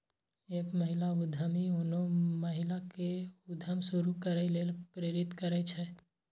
एक महिला उद्यमी आनो महिला कें उद्यम शुरू करै लेल प्रेरित करै छै